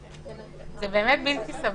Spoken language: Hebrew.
זה באמת בלתי סביר.